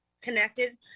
connected